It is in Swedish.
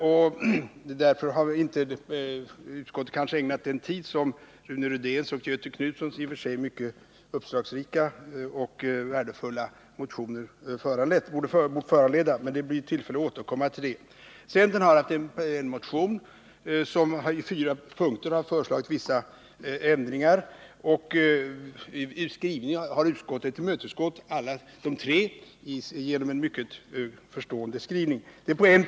Utskottet har kanske därför inte ägnat den tid Rune Rydéns och Göthe Knutsons mycket uppslagsrika och värdefulla motioner borde ha föranlett. Det blir dock tillfälle att återkomma till detta. Centern har lagt fram en motion som i fyra punkter föreslagit vissa ändringar, och utskottet har med en mycket förstående skrivning tillmötesgått tre av dem.